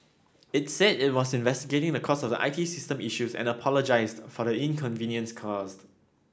it said it was investigating the cause of the I T system issues and apologised for inconvenience caused